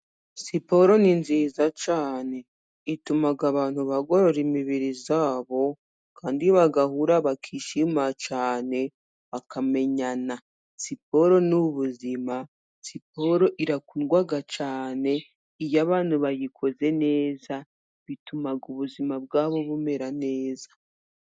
Siporo ni nziza cyane ituma abantu bagorora imibiri yabo ,kandi bagahura, bakishima cyane bakamenyana. Siporo ni ubuzima ,siporo irakundwa cyane iyo abantu bayikoze neza, bituma ubuzima bwabo bumera neza.